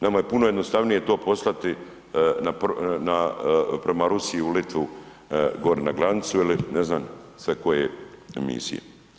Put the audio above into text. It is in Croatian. Nama je puno jednostavnije to poslati na, prema Rusiji u Litvu gore na granicu ili ne znam sve koje misije.